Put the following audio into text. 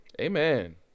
Amen